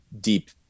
deep